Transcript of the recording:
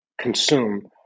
consume